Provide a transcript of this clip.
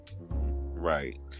Right